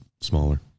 smaller